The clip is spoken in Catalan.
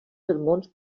sermons